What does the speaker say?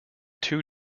two